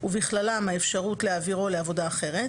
ובכללם האפשרות להעבירו לעבודה אחרת,